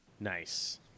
Nice